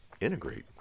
Integrate